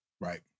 Right